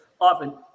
often